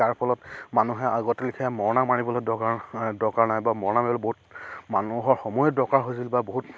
তাৰ ফলত মানুহে আগতে লিখিয়াই মৰণা মাৰিবলৈ দৰকাৰ দৰকাৰ নাই বা মৰণা মাৰিবলৈ বহুত মানুহৰ সময়ো দৰকাৰ হৈছিল বা বহুত